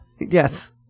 Yes